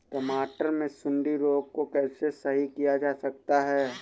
टमाटर से सुंडी रोग को कैसे सही किया जा सकता है?